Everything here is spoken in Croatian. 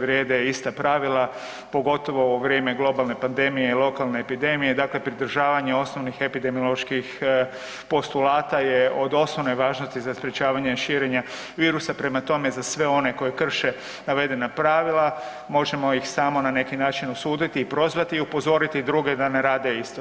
vrijede ista pravila, pogotovo u ovo vrijeme globalne pandemije i lokalne epidemije, dakle pridržavanje osnovnih epidemioloških postulata je od osnovne važnost za sprječavanje širenja virusa, prema tome za sve one koji krše navedena pravila, možemo ih samo n neki način osuditi i prozvati i upozoriti druge da ne rade isto.